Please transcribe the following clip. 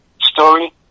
story